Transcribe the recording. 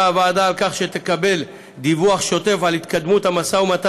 הוועדה על כך שתקבל דיווח שוטף על התקדמות המשא-ומתן